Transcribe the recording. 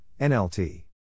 NLT